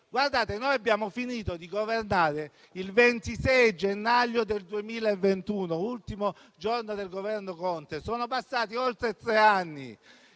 *décalage*? Noi abbiamo finito di governare il 26 gennaio 2021, ultimo giorno del Governo Conte. Sono passati oltre tre anni